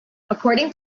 according